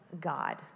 God